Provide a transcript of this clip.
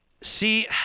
See